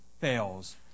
fails